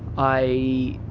i,